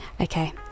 okay